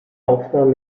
aufnahmen